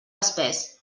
espés